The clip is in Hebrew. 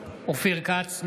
כץ,